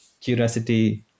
curiosity